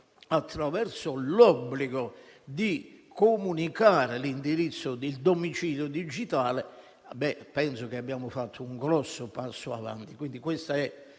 attraverso l'obbligo di comunicare l'indirizzo del domicilio digitale, penso che abbiamo fatto un grosso passo in avanti.